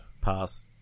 pass